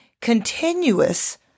continuous